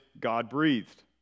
God-breathed